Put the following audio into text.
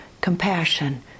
compassion